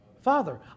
Father